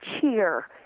cheer